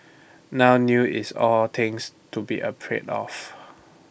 now news is all things to be afraid of